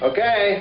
Okay